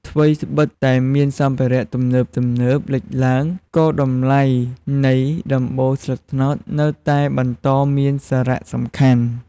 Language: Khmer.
ថ្វីត្បិតតែមានសម្ភារៈទំនើបៗលេចឡើង ក៏តម្លៃនៃដំបូលស្លឹកត្នោតនៅតែបន្តមានសារៈសំខាន់។